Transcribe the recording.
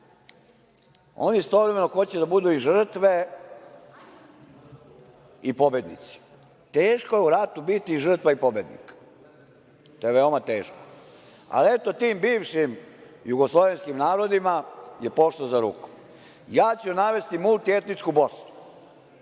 Oni istovremeno hoće da budu i žrtve i pobednici. Teško je u ratu biti i žrtva i pobednik. To je veoma teško. Ali eto, tim bivšim jugoslovenskim narodima je pošlo za rukom. Ja ću navesti multietničku Bosnu,